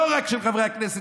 לא רק של חברי הכנסת.